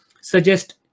suggest